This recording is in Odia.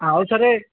ଆଉ ଥରେ